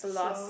so